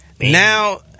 Now